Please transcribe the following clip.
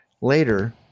Later